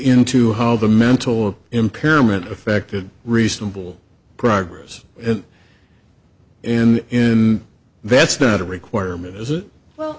into how the mental impairment affected reasonable progress and in him that's not a requirement is it well